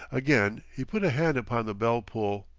again he put a hand upon the bell-pull.